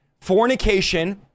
fornication